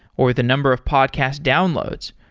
or the number of podcast downloads,